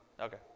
Okay